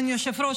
אדוני היושב-ראש,